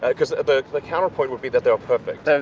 because the but the counterpoint would be that they are perfect. and